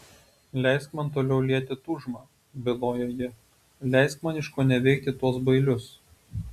leisk man toliau lieti tūžmą bylojo ji leisk man iškoneveikti tuos bailius